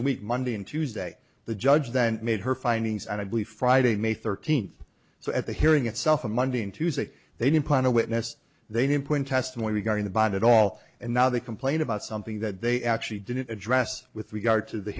the week monday and tuesday the judge then made her findings i believe friday may thirteenth so at the hearing itself a monday and tuesday they didn't put on a witness they didn't point testimony regarding the bond at all and now they complain about something that they actually didn't address with regard to the